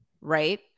right